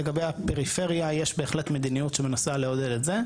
לגבי הפריפריה יש בהחלט מדיניות שמנסה לעודד את זה.